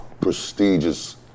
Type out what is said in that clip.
prestigious